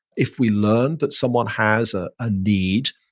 if we learn that someone has a ah need,